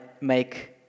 make